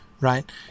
right